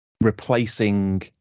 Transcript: replacing